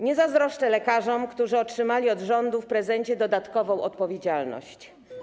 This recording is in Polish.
Nie zazdroszczę lekarzom, którzy otrzymali od rządu w prezencie dodatkową odpowiedzialność.